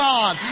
God